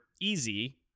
easy